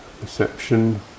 Perception